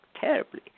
terribly